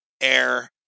air